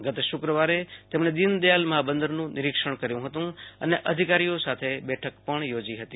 ગેતે શુક્રવારે તેમણે દીનેદયાળ મહાબંદરનું નિરીક્ષણ કર્યું હતું અને અધિકારીઓ સાથે બેઠક પણ યોજી હતી